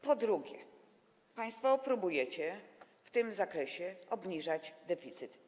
Po drugie, państwo próbujecie w tym zakresie obniżać deficyt.